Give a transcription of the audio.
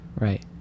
Right